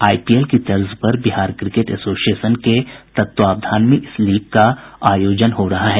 IPL की तर्ज पर बिहार क्रिकेट एसोसिएशन के तत्वावधान में इस लीग का आयोजन किया जा रहा है